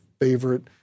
favorite